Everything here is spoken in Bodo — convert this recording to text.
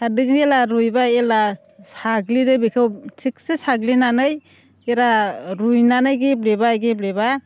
खारदै जेब्ला रुइबाय अब्ला साग्लिदो बेखौ थिगसे साग्लिनानै जेब्ला रुइनानै गेब्लेबाय गेब्लेबा